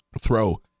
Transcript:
throw